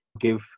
give